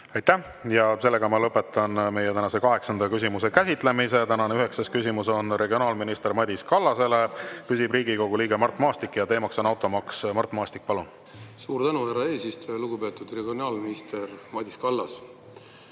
Aitäh! Ma lõpetan tänase kaheksanda küsimuse käsitlemise. Tänane üheksas küsimus on regionaalminister Madis Kallasele. Küsib Riigikogu liige Mart Maastik ja teema on automaks. Mart Maastik, palun! Tänane üheksas küsimus on regionaalminister Madis Kallasele.